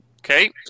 Okay